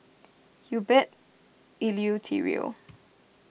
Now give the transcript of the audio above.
Herbert Eleuterio